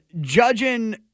judging